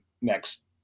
next